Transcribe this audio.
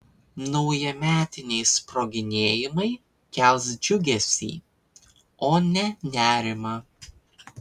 naujametiniai sproginėjimai kels džiugesį o ne nerimą